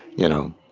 you know,